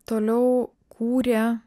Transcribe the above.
toliau kūrė